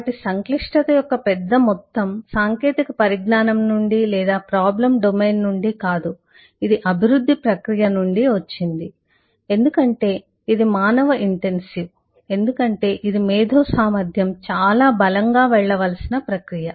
కాబట్టి సంక్లిష్టత యొక్క పెద్ద మొత్తం సాంకేతిక పరిజ్ఞానం నుండి లేదా ప్రాబ్లం డొమైన్ నుండి కాదు ఇది అభివృద్ధి ప్రక్రియ నుండి వచ్చింది ఎందుకంటే ఇది మానవ ఇంటెన్సివ్ ఎందుకంటే ఇది మేధో సామర్ధ్యం చాలా బలంగా వెళ్ళవలసిన ప్రక్రియ